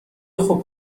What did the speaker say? خوب